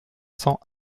cents